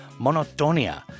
Monotonia